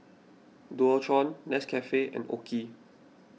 Dualtron Nescafe and Oki